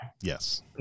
Yes